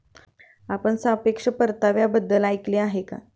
आपण सापेक्ष परताव्याबद्दल ऐकले आहे का?